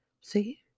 See